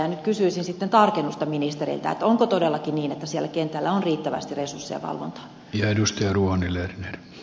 nyt kysyisin sitten tarkennusta ministereiltä onko todellakin niin että siellä kentällä on riittävästi resursseja valvontaan